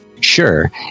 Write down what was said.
sure